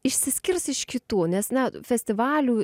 išsiskirs iš kitų nes na festivalių